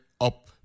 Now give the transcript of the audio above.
up